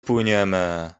płyniemy